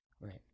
Right